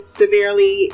severely